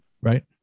Right